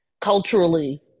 culturally